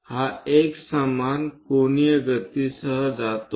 हा एकसमान कोनीय गतीसह जातो